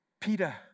Peter